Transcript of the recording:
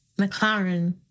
McLaren